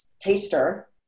taster